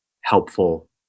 helpful